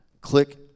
Click